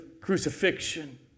crucifixion